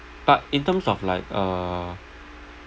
but in terms of like uh